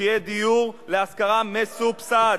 שיהיה דיור להשכרה מסובסד,